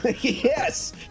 Yes